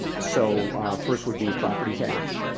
so first would be property tax,